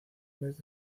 mes